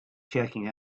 checking